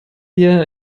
wir